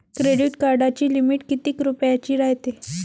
Credit कार्डाची limit कितीक रुपयाची रायते?